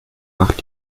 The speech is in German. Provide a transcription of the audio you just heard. macht